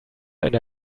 eine